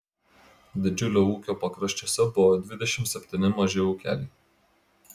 didžiulio ūkio pakraščiuose buvo dvidešimt septyni maži ūkeliai